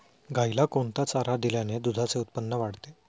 गाईला कोणता चारा दिल्याने दुधाचे उत्पन्न वाढते?